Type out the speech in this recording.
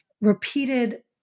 repeated